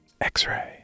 X-Ray